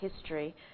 history